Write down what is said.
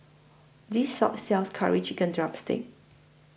This Shop sells Curry Chicken Drumstick